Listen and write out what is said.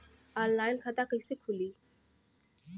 Online खाता कइसे खुली?